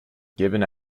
given